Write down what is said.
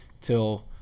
till